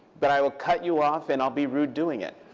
but i will cut you off and i'll be rude doing it.